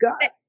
God